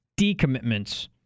decommitments